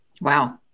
Wow